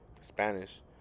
spanish